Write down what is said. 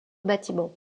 bâtiments